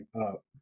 up